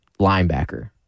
linebacker